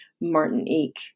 Martinique